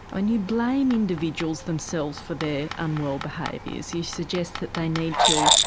and you blame individuals themselves for their unwell behaviours, you suggest that they need to,